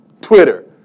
Twitter